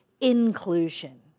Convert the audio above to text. inclusion